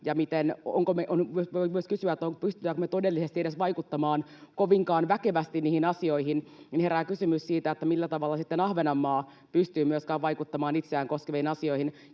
pystytäänkö edes me todellisesti vaikuttamaan kovinkaan väkevästi niihin asioihin. Herää kysymys siitä, millä tavalla sitten myöskään Ahvenanmaa pystyy vaikuttamaan itseään koskeviin asioihin.